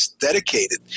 dedicated